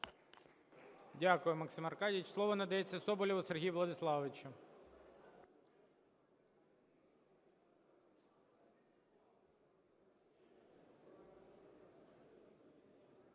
Дякую, Максим Аркадійович. Слово надається Соболєву Сергію Владиславовичу.